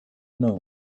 know